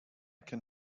can